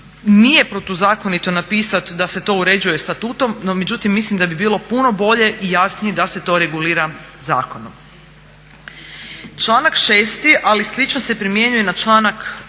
Nije protuzakonito napisati da se to uređuje statutom no međutim mislim da bi bilo puno bolje i jasnije da se to regulira zakonom. Članak 6.ali slično se primjenjuje i na članak 8.